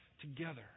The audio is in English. together